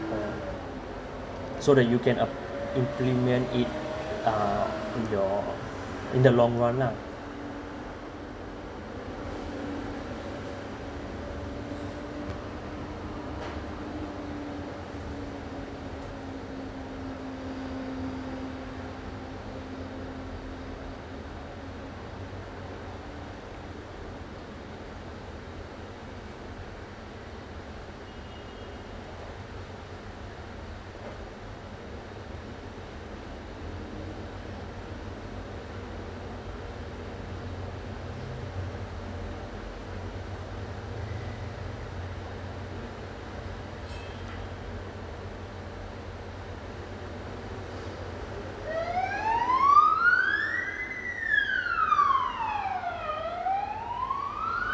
so that you can ap~ implement it uh in your in the long run lah